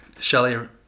shelly